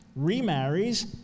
remarries